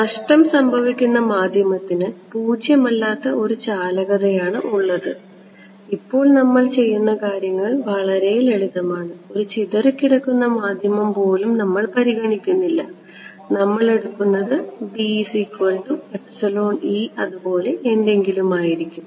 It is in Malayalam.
നഷ്ടം സംഭവിക്കുന്ന മാധ്യമത്തിന് പൂജ്യമല്ലാത്ത ഒരു ചാലകതയാണുള്ളത് ഇപ്പോൾ നമ്മൾ ചെയ്യുന്ന കാര്യങ്ങൾ വളരെ ലളിതമാണ് ഒരു ചിതറിക്കിടക്കുന്ന മാധ്യമം പോലും നമ്മൾ പരിഗണിക്കുന്നില്ല നമ്മൾ എടുക്കുന്നത് എന്തിലും ആയിരിക്കും